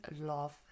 love